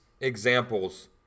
examples